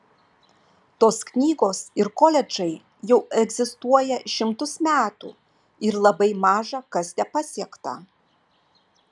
tos knygos ir koledžai jau egzistuoja šimtus metų ir labai maža kas tepasiekta